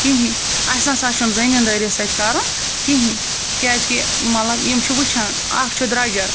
کِہیٖنۍ اَسہِ نہ سا چھُنہٕ زٔمیٖندٲری سۭتۍ کَرُن کِہیٖنۍ کیٛازِکہِ مطلب یِم چھِ وٕچھان اَز چھُ درٛوجَر